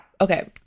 Okay